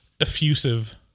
effusive